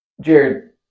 Jared